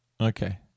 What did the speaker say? Okay